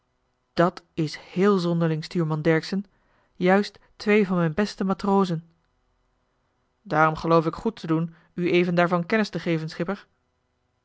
dat is héél zonderling stuurman dercksen juist twee van mijn beste matrozen daarom geloofde ik goed te doen u even daarvan kennis te geven schipper